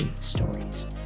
stories